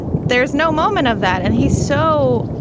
there is no moment of that and he's so